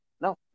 No